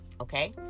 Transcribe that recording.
okay